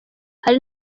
hari